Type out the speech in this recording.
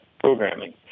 programming